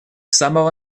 самого